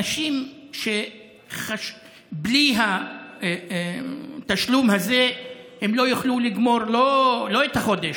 אנשים שבלי התשלום הזה לא יוכלו לגמור לא את החודש,